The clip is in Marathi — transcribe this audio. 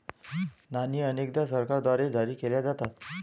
नाणी अनेकदा सरकारद्वारे जारी केल्या जातात